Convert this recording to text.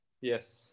Yes